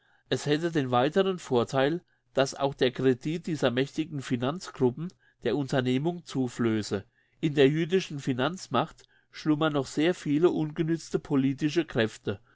es hätte den weiteren vortheil dass auch der credit dieser mächtigen finanzgruppen der unternehmung zuflösse in der jüdischen finanzmacht schlummern noch sehr viele ungenützte politische kräfte